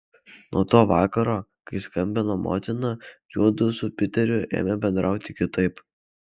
nuo to vakaro kai skambino motina juodu su piteriu ėmė bendrauti kitaip